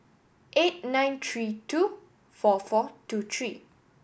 eight nine three two four four two three